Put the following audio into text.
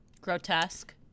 grotesque